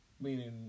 Meaning